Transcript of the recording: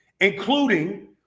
including